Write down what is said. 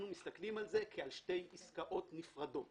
אנחנו מסתכלים על זה כעל שתי עסקאות נפרדות.